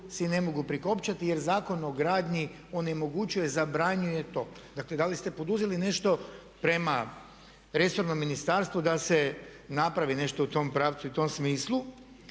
si ne mogu prikopčati jer Zakon o gradnji onemogućuje, zabranjuje to. Dakle da li ste poduzeli nešto prema resornom ministarstvu da se napravi nešto u tom pravcu i tom smislu,